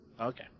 Okay